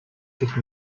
гэх